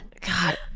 God